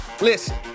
Listen